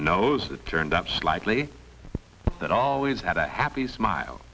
that turned up slightly that always had a happy smile